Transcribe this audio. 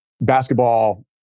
basketball